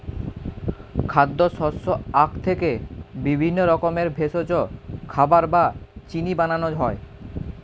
খাদ্য, শস্য, আখ থেকে বিভিন্ন রকমের ভেষজ, খাবার বা চিনি বানানো হয়